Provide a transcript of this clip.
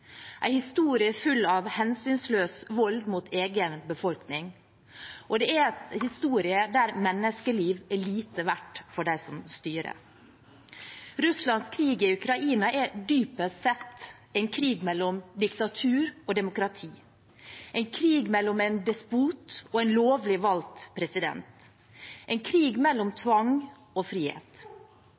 historie full av hensynsløs vold mot egen befolkning, og det er en historie der menneskeliv er lite verdt for dem som styrer. Russlands krig i Ukraina er dypest sett en krig mellom diktatur og demokrati, en krig mellom en despot og en lovlig valgt president, en krig mellom tvang og frihet.